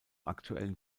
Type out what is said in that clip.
aktuellen